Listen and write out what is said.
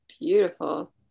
beautiful